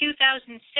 2006